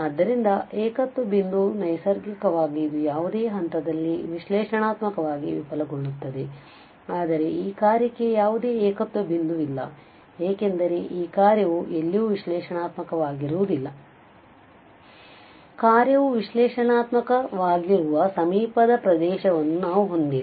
ಆದ್ದರಿಂದ ಏಕತ್ವ ಬಿಂದು ನೈಸರ್ಗಿಕವಾಗಿ ಇದು ಯಾವುದೇ ಹಂತದಲ್ಲಿ ವಿಶ್ಲೇಷಣಾತ್ಮಕವಾಗಿ ವಿಫಲಗೊಳ್ಳುತ್ತದೆ ಆದರೆ ಈ ಕಾರ್ಯಕ್ಕೆ ಯಾವುದೇ ಏಕತ್ವ ಬಿಂದು ವಿಲ್ಲ ಏಕೆಂದರೆ ಈ ಕಾರ್ಯವು ಎಲ್ಲಿಯೂ ವಿಶ್ಲೇಷಣಾತ್ಮಕವಾಗಿರುವುದಿಲ್ಲ ಆದ್ದರಿಂದ ಕಾರ್ಯವು ವಿಶ್ಲೇಷಣಾತ್ಮಕವಾಗಿರುವ ಸಮೀಪದ ಪ್ರದೇಶವನ್ನು ನಾವು ಹೊಂದಿಲ್ಲ